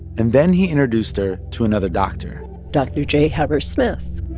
and then he introduced her to another doctor dr. j. heber smith,